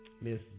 Miss